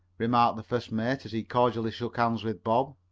remarked the first mate as he cordially shook hands with bob.